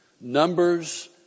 numbers